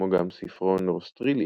כמו גם ספרו "נורסטריליה"